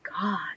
god